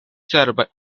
cerbaj